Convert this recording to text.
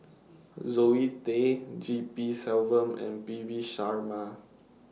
Zoe Tay G P Selvam and P V Sharma